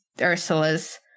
Ursula's